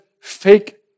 fake